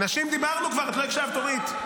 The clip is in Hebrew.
נשים, דיברנו כבר, את לא הקשבת, אורית.